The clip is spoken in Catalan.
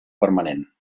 permanent